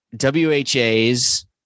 WHA's